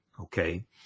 okay